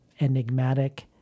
enigmatic